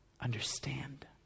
understand